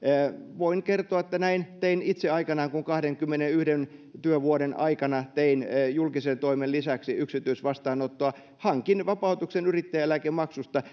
voin kertoa että näin tein itse aikanaan kun kahdenkymmenenyhden työvuoden aikana tein julkisen toimen lisäksi yksityisvastaanottoa hankin vapautuksen yrittäjäeläkemaksusta